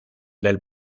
del